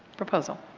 proposal.